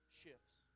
shifts